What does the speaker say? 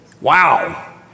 Wow